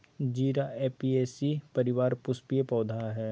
जीरा ऍपियेशी परिवार पुष्पीय पौधा हइ